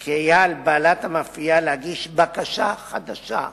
כי היה על בעלת המאפייה להגיש בקשה חדשה.